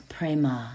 Prema